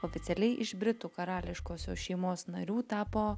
oficialiai iš britų karališkosios šeimos narių tapo